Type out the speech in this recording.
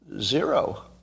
Zero